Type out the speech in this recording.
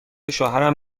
شوهرم